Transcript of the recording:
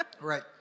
Right